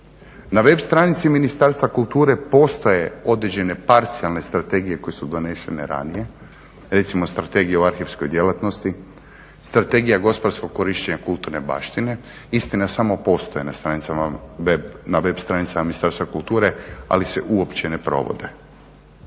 na web stranici Ministarstva kulture postoje određene parcijalne strategije koje su donesene ranije, recimo Strategija o arhivskoj djelatnosti, Strategija gospodarskog korištenja kulturne baštine, istina samo postoje na web stranicama Ministarstva kulture ali se uopće ne provode.